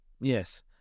Yes